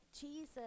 Jesus